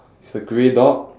it's a grey dog